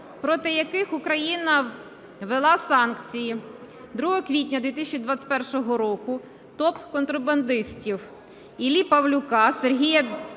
проти яких Україна ввела санкції 2 квітня 2021 року, топ-контрабандистів: Іллі Павлюка, Сергія